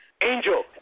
Angel